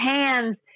hands